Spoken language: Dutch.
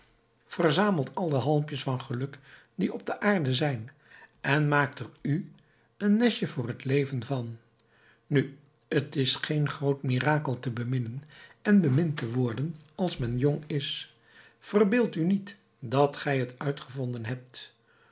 verzamelt al de halmpjes van geluk die op aarde zijn en maakt er u een nestje voor het leven van nu t is geen groot mirakel te beminnen en bemind te worden als men jong is verbeeldt u niet dat gij t uitgevonden hebt